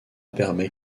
permet